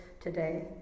today